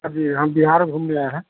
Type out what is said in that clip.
हाँ जी हम बिहार घूमने आए हैं